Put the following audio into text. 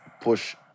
push